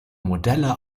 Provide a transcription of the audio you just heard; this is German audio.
modelle